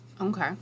Okay